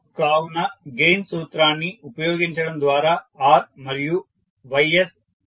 కావున గెయిన్ సూత్రాన్ని ఉపయోగించడం ద్వారా R మరియు Ys పొందబడతాయి